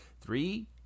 Three